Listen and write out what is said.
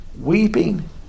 weeping